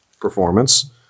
performance